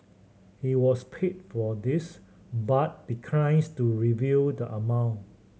he was paid for this but declines to reveal the amount